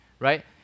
Right